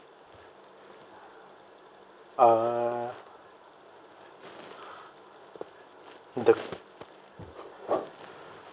uh the